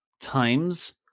times